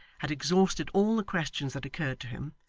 had exhausted all the questions that occurred to him,